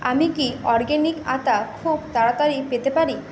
আমি কি অরগ্যানিক আতা খুব তাড়াতাড়ি পেতে পারি